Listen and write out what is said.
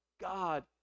God